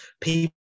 people